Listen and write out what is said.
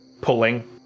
pulling